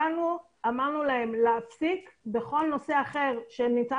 אמרנו להם להפסיק לטפל בכל נושא אחר שנמצא